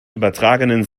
übertragenen